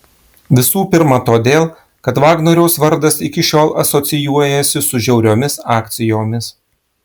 visų pirma todėl kad vagnoriaus vardas iki šiol asocijuojasi su žiauriomis akcijomis